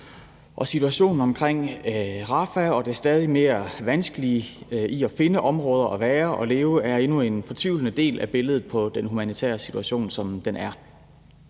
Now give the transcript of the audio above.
og situationen omkring Rafah og det stadig mere vanskelige i at finde områder at være og leve i, er endnu en fortvivlende del af billedet på den humanitære situation, som den er.